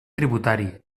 tributari